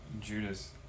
Judas